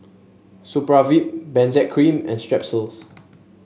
Supravit Benzac Cream and Strepsils